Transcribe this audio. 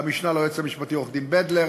למשנה ליועץ המשפטי עורכת-הדין בנדלר,